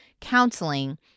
counseling